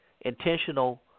intentional